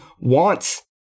wants